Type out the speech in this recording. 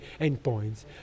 endpoints